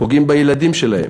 פוגעים בילדים שלהם.